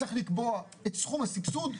צריך לקבוע את סכום הסבסוד,